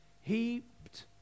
heaped